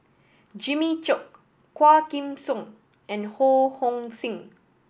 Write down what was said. Jimmy Chok Quah Kim Song and Ho Hong Sing